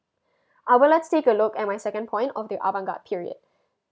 I will like to take a look at my second point of the avant garde period